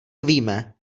víme